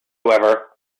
however